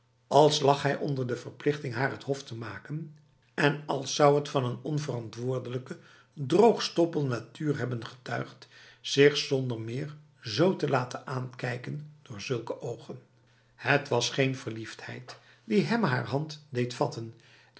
als lag hij onder de verplichting haar het hof te maken en als zou het van een onverantwoordelijke droogstoppel natuur hebben getuigd zich zonder meer z te laten aankijken door zulke ogen het was geen verliefdheid die hem haar hand deed vatten